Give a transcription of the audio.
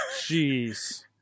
Jeez